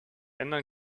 ändern